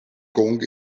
kong